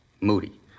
Moody